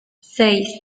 seis